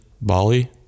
Bali